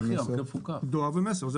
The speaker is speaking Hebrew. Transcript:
דואר ו-מסר.